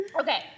Okay